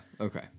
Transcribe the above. okay